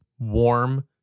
warm